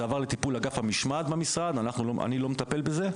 זה עבר לטיפול אגף המשמעת במשרד אני לא מטפל בזה,